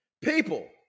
people